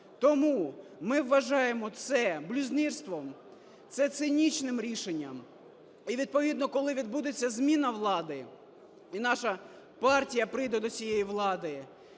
Тому ми вважаємо це блюзнірством, це цинічним рішенням. І відповідно, коли відбудеться зміна влади і наша партія прийде до цієї влади,